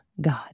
God